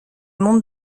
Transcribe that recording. monde